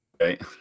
Right